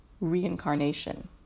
reincarnation